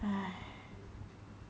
!hais!